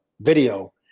video